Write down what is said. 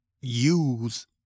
use